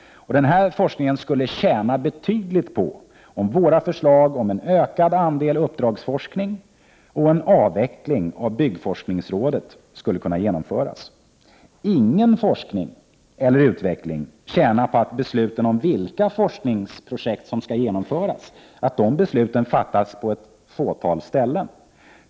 Denna forskning skulle tjäna betydligt på att våra förslag om en ökad andel uppdragsforskning och en avveckling av byggforskningsrådet kunde genomföras. Ingen forskning eller utveckling tjänar på att besluten om vilka forskningsprojekt som skall genomföras fattas på ett fåtal ställen.